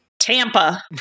Tampa